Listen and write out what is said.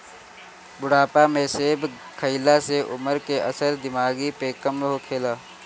बुढ़ापा में सेब खइला से उमर के असर दिमागी पे कम होखेला